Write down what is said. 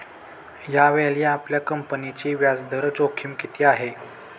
यावेळी आपल्या कंपनीची व्याजदर जोखीम किती आहे?